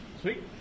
Sweet